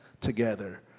together